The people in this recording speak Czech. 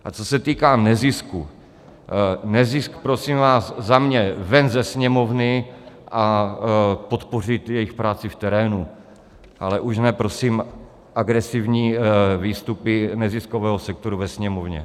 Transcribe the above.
A co se týká nezisku nezisk, prosím vás, za mě ven ze Sněmovny, podpořit jejich práci v terénu, ale už ne, prosím, agresivní výstupy neziskového sektoru ve Sněmovně.